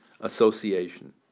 Association